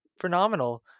phenomenal